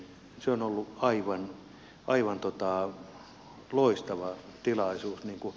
se on ollut aivan loistava tilaisuus irtaantua